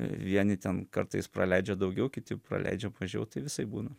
vieni ten kartais praleidžia daugiau kiti praleidžia mažiau tai visaip būna